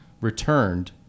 returned